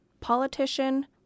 Politician